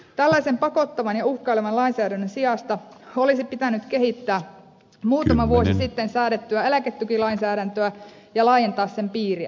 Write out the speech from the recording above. tällaisen pakottavan ja uhkailevan lainsäädännön sijasta olisi pitänyt kehittää muutama vuosi sitten säädettyä eläketukilainsäädäntöä ja laajentaa sen piiriä